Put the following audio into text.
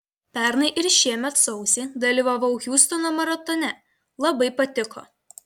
pernai ir šiemet sausį dalyvavau hiūstono maratone labai patiko